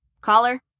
Caller